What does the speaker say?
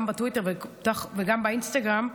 גם בטוויטר וגם באינסטגרם,